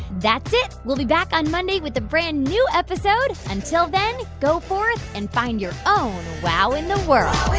that's it. we'll be back on monday with a brand new episode. until then, go forth and find your own wow in the world